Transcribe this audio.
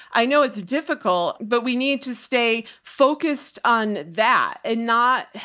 i know it's difficult, but we need to stay focused on that and not,